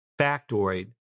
factoid